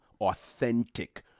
authentic